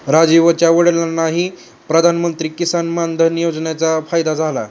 राजीवच्या वडिलांना प्रधानमंत्री किसान मान धन योजनेचा फायदा झाला